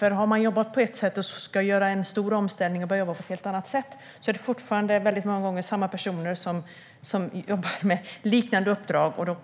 Har man jobbat på ett sätt och ska göra en stor omställning och börja jobba på ett helt annat sätt är det fortfarande väldigt många gånger samma personer som jobbar med liknande uppdrag.